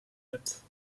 hebt